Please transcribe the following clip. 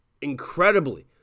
incredibly